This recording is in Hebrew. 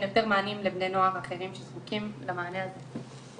יותר מענים לבני נוער אחרים שזקוקים למענה הזה.